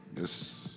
Yes